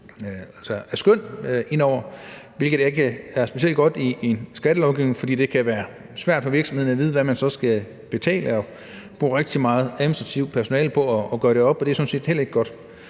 af skøn her, hvilket ikke er specielt godt i forbindelse med en skattelovgivning, fordi det kan være svært for virksomhederne at vide, hvad man så skal betale, og man kan bruge rigtig meget administrativt personale på at gøre det op, og det er sådan set heller ikke godt.